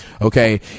Okay